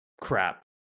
crap